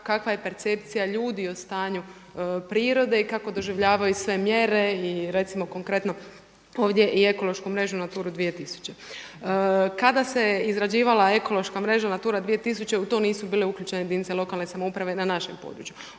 kakva je percepcija ljudi o stanju prirode i kako doživljavaju sve mjere i recimo konkretno ovdje i ekološku mrežu NATURA 2000. Kada se izrađivala ekološka mreža NATURA 2000 u to nisu bile uključene jedinice lokalne samouprave na našem području.